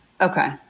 Okay